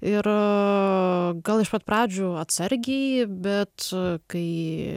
ir gal iš pat pradžių atsargiai bet kai